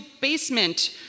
basement